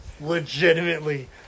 Legitimately